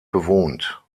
bewohnt